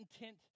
intent